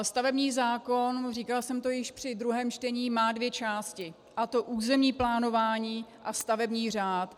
Stavební zákon, říkala jsem to již při druhém čtení, má dvě části, a to územní plánování a stavební řád.